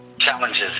challenges